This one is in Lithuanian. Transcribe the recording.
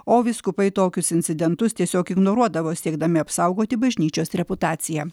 o vyskupai tokius incidentus tiesiog ignoruodavo siekdami apsaugoti bažnyčios reputaciją